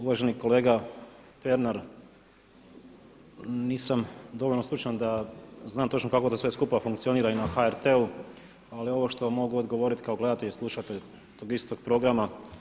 Uvaženi kolega Pernar, nisam dovoljno stručan da znam točno kako da sve skupa funkcionira i na HRT-u ali ovo što mogu odgovoriti kao gledatelj i slušatelj tog istog programa.